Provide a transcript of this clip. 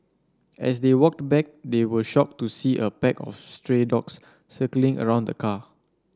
as they walked back they were shocked to see a pack of stray dogs circling around the car